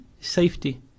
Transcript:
safety